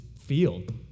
field